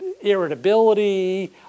irritability